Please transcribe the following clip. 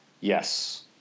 Yes